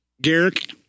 Garrick